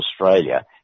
Australia